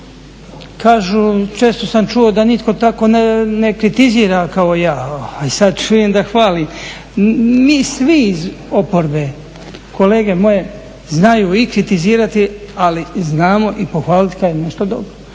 Kažu, često sam čuo da nitko tako ne kritizira kao ja, sada čujem da fali. Mi svi iz oporbe, kolege moje, znaju i kritizirati ali i znamo i pohvaliti kada je nešto dobro